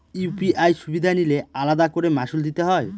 UPI সুবিধা নিলে আলাদা করে মাসুল দিতে হয়?